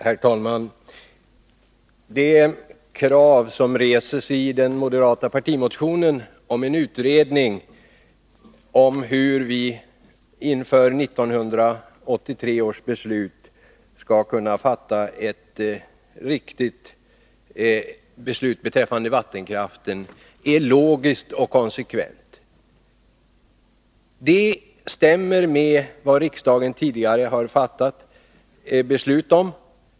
Herr talman! Det krav som reses i den moderata partimotionen på en utredning om hur vi 1983 skall kunna fatta ett riktigt beslut beträffande vattenkraften är logiskt och konsekvent. Det stämmer med riksdagens tidigare fattade beslut.